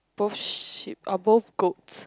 both sheep or both goat